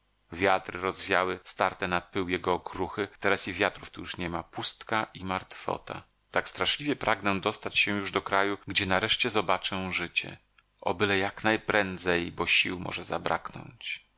wiatry rozwiały starte na pył jego okruchy teraz i wiatrów tu już niema pustka i martwota tak straszliwie pragnę dostać się już do kraju gdzie nareszcie zobaczę życie o byle jak najprędzej bo sił może zabraknąć